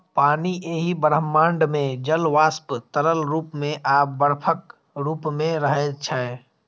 पानि एहि ब्रह्मांड मे जल वाष्प, तरल रूप मे आ बर्फक रूप मे रहै छै